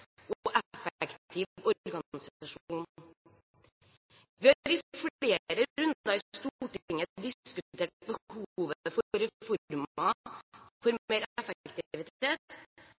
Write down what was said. Stortinget diskutert behovet for reformer, for mer